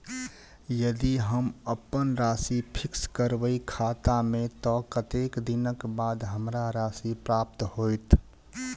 यदि हम अप्पन राशि फिक्स करबै खाता मे तऽ कत्तेक दिनक बाद हमरा राशि प्राप्त होइत?